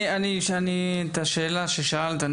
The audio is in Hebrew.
את השאלה ששאלת,